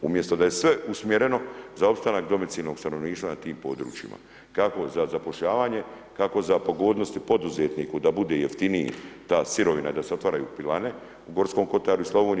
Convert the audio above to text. Umjesto da je sve usmjereno za opstanak domicilnog stanovništva na tim područjima, kako za zapošljavanje, kako za pogodnosti poduzetniku da bude jeftiniji ta sirovina, da se otvaraju pilane u Gorskom Kotaru i Slavoniji.